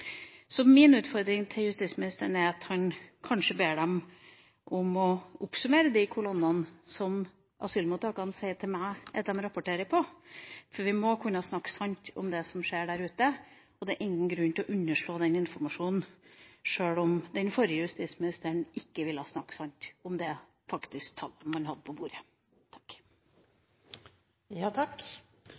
Så min utfordring til justisministeren er at han kanskje ber dem om å oppsummere disse kolonnene som asylmottakene sier til meg at de rapporterer om. Vi må kunne snakke sant om det som skjer der ute. Det er ingen grunn til å underslå den informasjonen sjøl om den forrige justisministeren ikke ville snakke sant om de faktiske tallene man hadde på bordet.